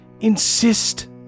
insist